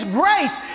grace